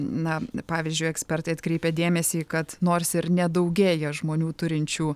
na pavyzdžiui ekspertai atkreipė dėmesį kad nors ir nedaugėja žmonių turinčių